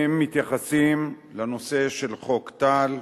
שמתייחסים לנושא של חוק טל,